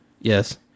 Yes